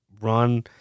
run